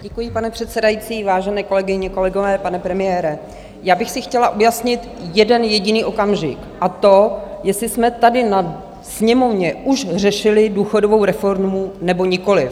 Děkuji, pane předsedající, vážené kolegyně, kolegové, pane premiére, já bych si chtěla objasnit jeden jediný okamžik, a to, jestli jsme tady na sněmovně už řešili důchodovou reformu, nebo nikoliv.